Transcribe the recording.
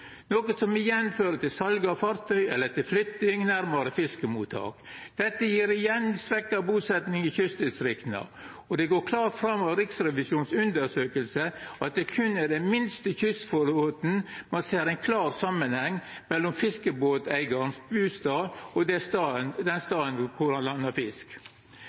som er att, vert for stor, noko som igjen fører til sal av fartøy eller til flytting nærmare fiskemottak. Dette gjev igjen svekt busetjing i kystdistrikta. Det går klart fram av undersøkinga til Riksrevisjonen at det berre er i den minste kystflåten ein ser ein klar samanheng mellom fiskebåteigaranes bustad og den staden